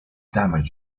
damage